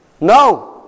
No